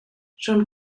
schon